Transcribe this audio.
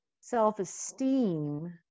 self-esteem